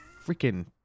Freaking